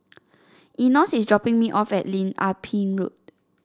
Enos is dropping me off at Lim Ah Pin Road